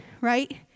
right